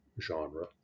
genre